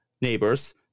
neighbors